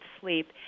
sleep